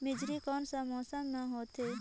मेझरी कोन सा मौसम मां होथे?